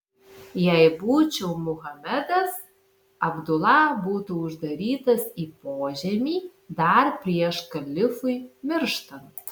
jei būčiau muhamedas abdula būtų uždarytas į požemį dar prieš kalifui mirštant